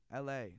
LA